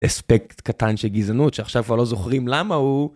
אספקט קטן של גזענות שעכשיו כבר לא זוכרים למה הוא.